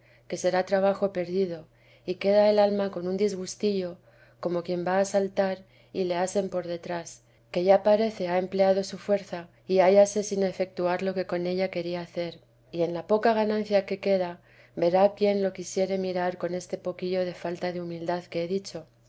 que será trabajo perdido y queda el alma con un disgustillo como quien va a saltar y le asen por detrás que ya parece ha empleado su fuerza y hállase sin efectuar lo que con ella quería hacer y en la poca ganancia que queda verá quien lo quisiere mirar este poquillo de falta de humildad que he dicho